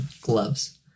gloves